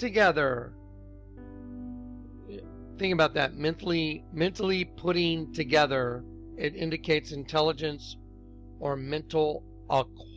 together think about that mentally mentally putting together it indicates intelligence or mental